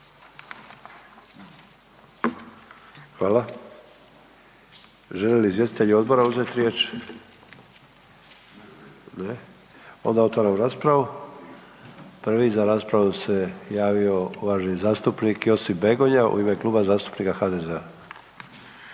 Hvala. Želi li izvjestitelj odbora uzeti riječ? Ne. Onda otvaram raspravu, prvi za raspravu se javio uvaženi zastupnik Josip Begonja u ime Kluba zastupnika HDZ-a.